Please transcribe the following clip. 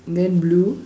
then blue